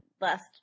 last